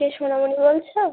কে সোনামনি বলছো